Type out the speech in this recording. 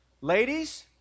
ladies